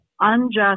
unjust